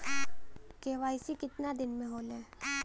KYC कितना दिन में होले?